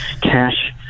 cash